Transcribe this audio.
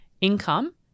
income